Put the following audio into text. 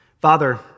Father